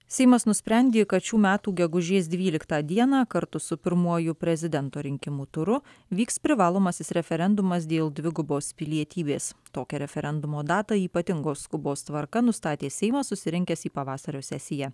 seimas nusprendė kad šių metų gegužės dvyliktą dieną kartu su pirmuoju prezidento rinkimų turu vyks privalomasis referendumas dėl dvigubos pilietybės tokią referendumo datą ypatingos skubos tvarka nustatė seimas susirinkęs į pavasario sesiją